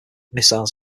missiles